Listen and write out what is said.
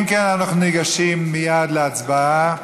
אם כן, אנחנו ניגשים מייד להצבעה